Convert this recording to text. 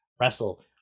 wrestle